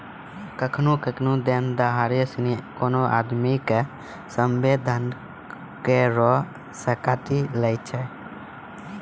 केखनु केखनु देनदारो सिनी कोनो आदमी के सभ्भे धन करो से काटी लै छै